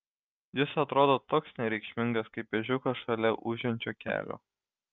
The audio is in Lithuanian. jis atrodo toks nereikšmingas kaip ežiukas šalia ūžiančio kelio